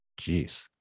Jeez